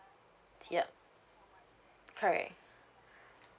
yup correct